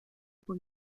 por